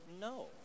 no